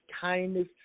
kindness